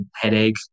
headache